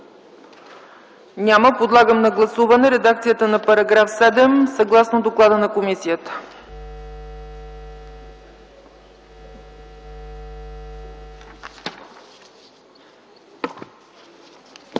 Няма. Подлагам на гласуване редакцията на § 7, съгласно доклада на комисията.